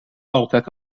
altijd